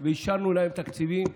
שאישרנו להם תקציבים.